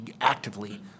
actively